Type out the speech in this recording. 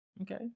Okay